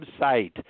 website